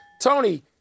Tony